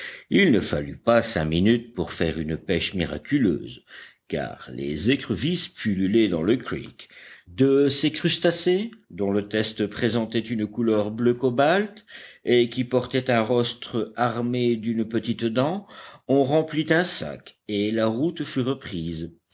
il ne fallut pas cinq minutes pour faire une pêche miraculeuse car les écrevisses pullulaient dans le creek de ces crustacés dont le test présentait une couleur bleu cobalt et qui portaient un rostre armé d'une petite dent on remplit un sac et la route fut reprise